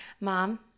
Mom